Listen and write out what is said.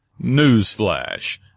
Newsflash